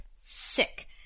sick